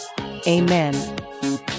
Amen